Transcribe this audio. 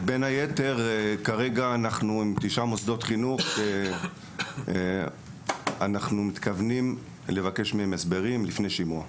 כרגע ישנם תשעה מוסדות שמהם אנו מתכוונים לדרוש הסברים לפני שימוע.